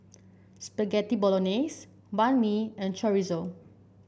Spaghetti Bolognese Banh Mi and Chorizo